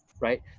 Right